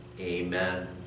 Amen